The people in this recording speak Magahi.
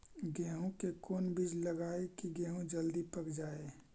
गेंहू के कोन बिज लगाई कि गेहूं जल्दी पक जाए?